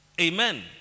Amen